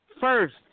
first